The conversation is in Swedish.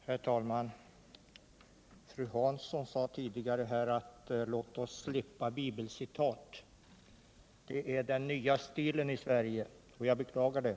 Herr talman! Fru Lilly Hansson sade tidigare: Låt oss slippa bibelcitat! Det är den nya stilen i Sverige, och jag beklagar den.